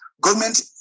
government